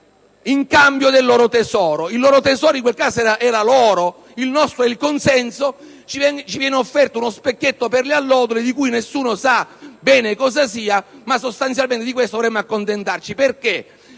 in cambio del loro tesoro. Il loro tesoro in quel caso era l'oro; il nostro è il consenso. Ci viene offerto uno specchietto per le allodole, anche se nessuno sa bene di cosa si tratti, ma sostanzialmente di questo dovremo accontentarci. Cos'è